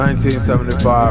1975